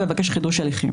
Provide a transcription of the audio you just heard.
ויבקש חידוש הליכים.